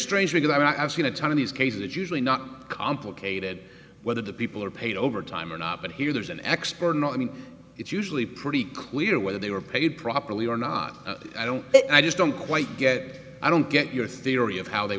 strange because i've seen a ton of these cases it's usually not complicated whether the people are paid overtime or not but here there's an exponent i mean it's usually pretty clear whether they were paid properly or not i don't i just don't quite get i don't get your theory of how they